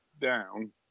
down